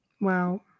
Wow